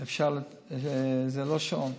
זה לא שעון,